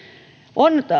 on